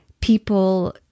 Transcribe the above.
people